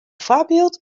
foarbyld